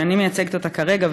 שאני מייצגת אותה כרגע,